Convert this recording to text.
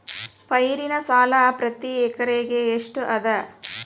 ಪೈರಿನ ಸಾಲಾ ಪ್ರತಿ ಎಕರೆಗೆ ಎಷ್ಟ ಅದ?